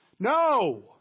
No